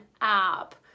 app